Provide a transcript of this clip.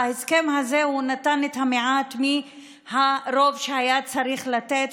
ההסכם הזה נתן את המעט מרוב מה שהיה צריך לתת